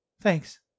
Thanks